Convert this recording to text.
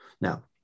Now